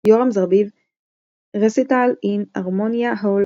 Yoram Zerbib – Recital in "Harmonia Hall"